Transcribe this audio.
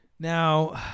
Now